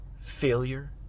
failure